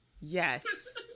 Yes